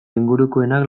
ingurukoenak